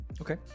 okay